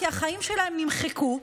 כי החיים שלהם נמחקו,